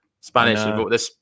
Spanish